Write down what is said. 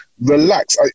relax